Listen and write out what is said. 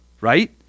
right